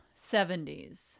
70s